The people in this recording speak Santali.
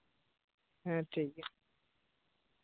ᱦᱮᱸ ᱴᱷᱤᱠ ᱜᱮᱭᱟ